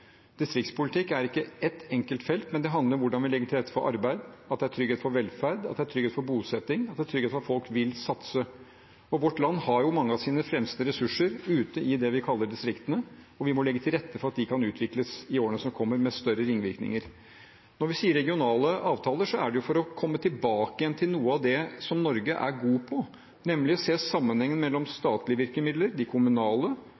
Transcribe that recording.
Distriktspolitikk er ikke ett enkelt felt, men det handler om hvordan vi legger til rette for arbeid, at det er trygghet for velferd, at det er trygghet for bosetting, at det er trygghet for at folk vil satse. Vårt land har mange av sine fremste ressurser ute i det vi kaller distriktene, og vi må legge til rette for at de kan utvikles i årene som kommer, med større ringvirkninger. Når vi sier regionale avtaler, er det for å komme tilbake igjen til noe av det som Norge er god på, nemlig å se sammenhengen mellom statlige virkemidler og de kommunale,